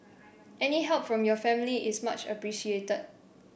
any help from your family is much appreciated